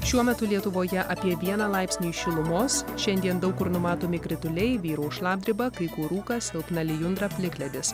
šiuo metu lietuvoje apie vieną laipsnį šilumos šiandien daug kur numatomi krituliai vyraus šlapdriba kai kur rūkas silpna lijundra plikledis